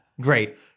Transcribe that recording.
Great